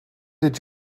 did